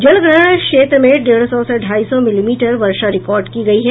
जलग्रहण क्षेत्र में डेढ़ सौ से ढ़ाई सौ मिलीमीटर वर्षा रिकॉर्ड की गयी है